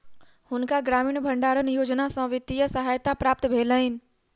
हुनका ग्रामीण भण्डारण योजना सॅ वित्तीय सहायता प्राप्त भेलैन